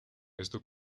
esto